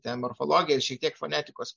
ten morfologija šiek tiek fonetikos